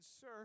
sir